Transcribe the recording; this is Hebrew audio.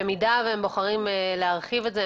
במידה והם בוחרים להרחיב את זה,